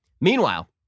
Meanwhile